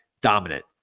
dominant